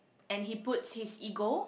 and he puts his ego